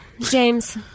James